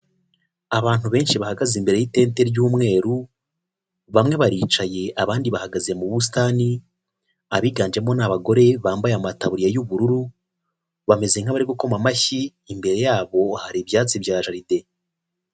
Abantu benshi bahagaze imbere y'itente ry'umweru bamwe baricaye abandi bahagaze mu busitani, abiganjemo ni abagore bambaye amataburiya y'ubururu, bameze nk'abari gukoma amashyi imbere yabo hari ibyatsi bya jaride.